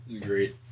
great